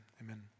amen